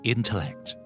Intellect